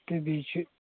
تہٕ بیٚیہِ چھِ